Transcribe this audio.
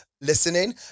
listening